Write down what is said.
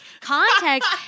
context